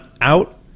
out